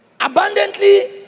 abundantly